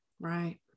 Right